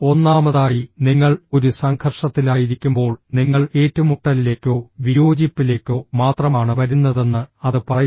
ഒന്നാമതായി നിങ്ങൾ ഒരു സംഘർഷത്തിലായിരിക്കുമ്പോൾ നിങ്ങൾ ഏറ്റുമുട്ടലിലേക്കോ വിയോജിപ്പിലേക്കോ മാത്രമാണ് വരുന്നതെന്ന് അത് പറയുന്നു